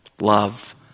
Love